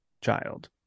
child